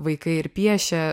vaikai ir piešė